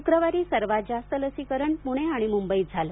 शुक्रवारी सर्वांत जास्त लसीकरण पुणे आणि मुंबईत झालं